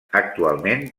actualment